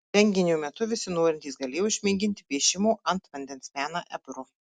renginio metu visi norintys galėjo išmėginti piešimo ant vandens meną ebru